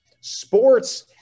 Sports